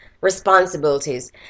responsibilities